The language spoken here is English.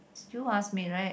still ask me right